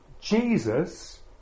Jesus